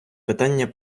питання